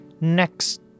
next